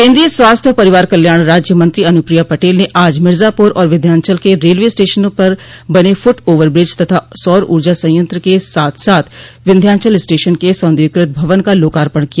केन्द्रीय स्वास्थ्य और परिवार कल्याण राज्य मंत्री अनुप्रिया पटेल ने आज मिर्जापुर और विन्ध्याचल रेलवे स्टेशनों पर बने फुट ओवरब्रिज तथा सौर ऊर्जा संयंत्र के साथ साथ विन्ध्याचल स्टेशन के सौन्दर्यीकृत भवन का लोकार्पण किया